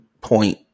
point